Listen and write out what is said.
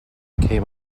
came